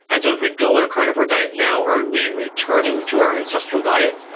and so if we go on a carnivore diet now, are we returning to our ancestral diet?